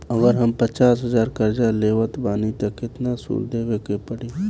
अगर हम पचास हज़ार कर्जा लेवत बानी त केतना सूद देवे के पड़ी?